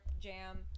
jam